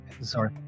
Sorry